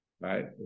Right